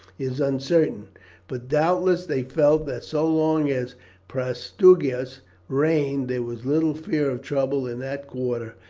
is uncertain but doubtless they felt that so long as prasutagus reigned there was little fear of trouble in that quarter,